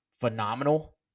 phenomenal